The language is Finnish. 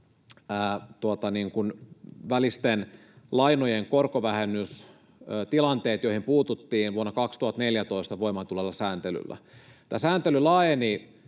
välisten lainojen korkovähennystilanteet, joihin puututtiin vuonna 2014 voimaan tulleella sääntelyllä. Tämä sääntely laajeni